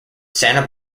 santa